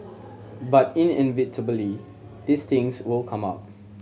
but inevitably these things will come up